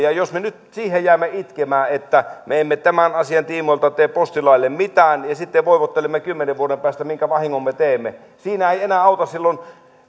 jos me nyt siihen jäämme itkemään että me emme tämän asian tiimoilta tee postilaille mitään ja sitten voivottelemme kymmenen vuoden päästä minkä vahingon me teimme niin siinä ei enää silloin auta